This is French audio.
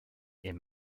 est